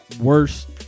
worst